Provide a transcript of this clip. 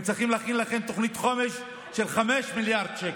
הם צריכים להכין לכם תוכנית חומש של 5 מיליארד שקל,